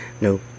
No